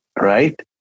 Right